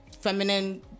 feminine